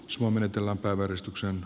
suomen etelänpäiväristuksen